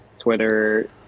Twitter